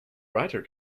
writer